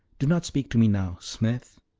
do not speak to me now, smith.